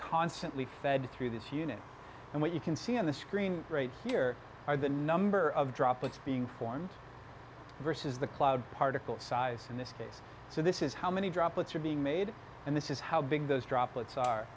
constantly fed through this unit and what you can see on the screen here are the number of droplets being formed versus the cloud particle size in this case so this is how many droplets are being made and this is how big those droplets are